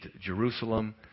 Jerusalem